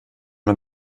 man